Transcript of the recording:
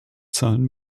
zahlen